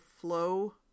flow